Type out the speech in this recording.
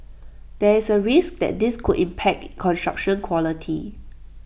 there is A risk that this could impact construction quality